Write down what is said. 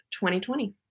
2020